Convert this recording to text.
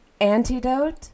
antidote